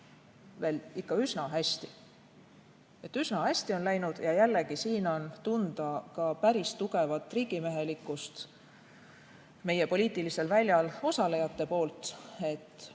veel üsna hästi. Üsna hästi on läinud, ja jällegi on siin tunda päris tugevat riigimehelikkust meie poliitilisel väljal osalejatelt.